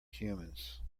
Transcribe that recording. humans